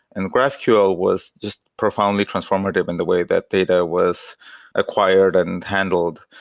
and graphql was just profoundly transformative in the way that data was acquired and handled,